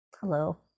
Hello